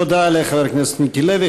תודה לחבר הכנסת מיקי לוי.